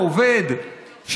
של יום מנוחה לאדם העובד,